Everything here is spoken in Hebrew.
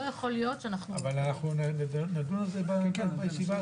לא יכול להיות שאנחנו --- אבל אנחנו נדון על זה בישיבה הזאת.